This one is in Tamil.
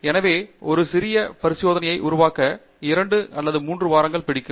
எனவே ஒரு சிறிய பரிசோதனையை உருவாக்க 2 3 வாரங்கள் பிடிக்கும்